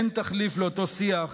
אין תחליף לאותו שיח